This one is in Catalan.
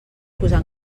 posar